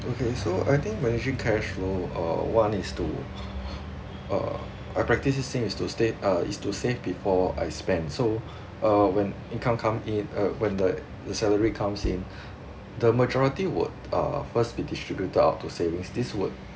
okay so I think managing cash flow uh one is to uh my practicing is to stay uh is to save before I spend so uh when income come in uh when the sal~ salary comes in the majority would uh first be distributed out to savings this would